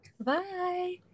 Bye